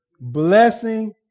blessing